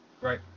Right